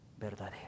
verdadero